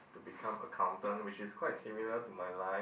to become accountant which is quite similar to my line